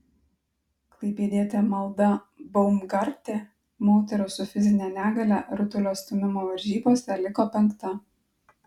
klaipėdietė malda baumgartė moterų su fizine negalia rutulio stūmimo varžybose liko penkta